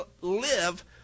live